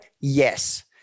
Yes